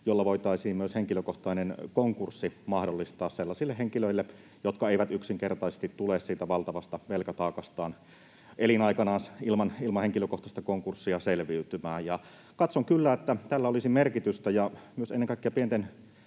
jolla voitaisiin myös henkilökohtainen konkurssi mahdollistaa sellaisille henkilöille, jotka eivät yksinkertaisesti tule siitä valtavasta velkataakastaan elinaikanaan ilman henkilökohtaista konkurssia selviytymään? Katson kyllä, että tällä olisi merkitystä ja myös ennen kaikkea pienyrittäjien